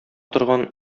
торган